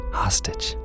hostage